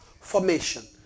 formation